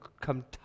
come